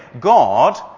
God